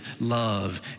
love